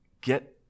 Get